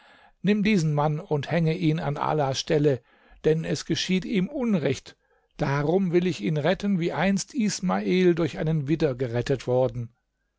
nimm diesen mann und hänge ihn an alas stelle denn es geschieht ihm unrecht darum will ich ihn retten wie einst ismael durch einen widder gerettet worden